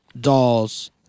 dolls